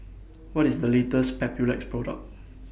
What IS The latest Papulex Product